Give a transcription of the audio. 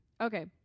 Okay